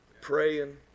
Praying